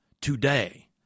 today